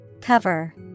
Cover